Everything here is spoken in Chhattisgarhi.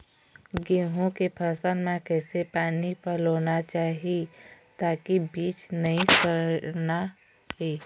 गेहूं के फसल म किसे पानी पलोना चाही ताकि बीज नई सड़ना ये?